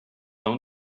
own